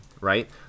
right